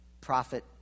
prophet